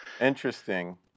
Interesting